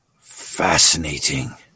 Fascinating